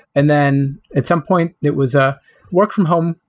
and then at some point it was a work from home.